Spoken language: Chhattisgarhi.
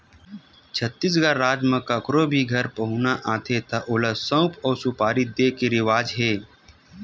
छत्तीसगढ़ राज म कखरो भी घर पहुना आथे त ओला सउफ अउ सुपारी दे के रिवाज हे